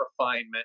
refinement